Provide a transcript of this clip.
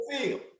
field